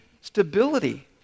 stability